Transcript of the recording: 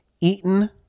eaten